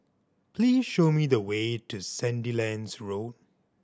please show me the way to Sandilands Road